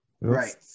Right